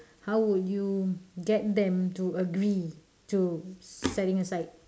how would you get them to agree to setting aside